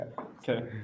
Okay